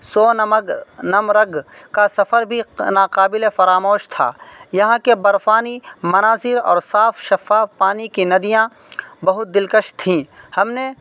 سو نمرگ کا سفر بھی ناقابل فراموش تھا یہاں کے برفانی مناظر اور صاف شفاف پانی کی ندیاں بہت دلکش تھیں ہم نے